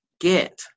get